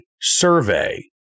survey